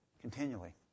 Continually